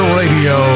radio